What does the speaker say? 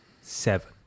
Seven